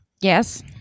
Yes